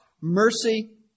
mercy